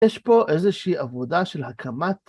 ‫יש פה איזושהי עבודה של הקמת...